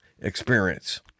experience